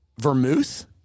vermouth